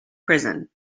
prison